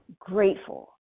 grateful